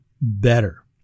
better